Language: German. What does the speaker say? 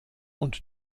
und